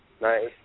nice